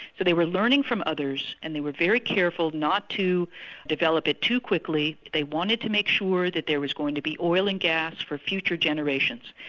they were learning from others and they were very careful not to develop it too quickly. they wanted to make sure that there was going to be oil and gas for future generations.